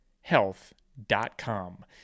health.com